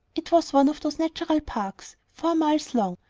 it was one of those natural parks, four miles long,